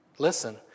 Listen